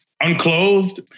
unclothed